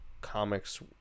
comics